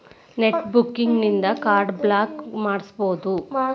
net banking ಇನ್ದಾ card block ಮಾಡ್ಸ್ಬೊದು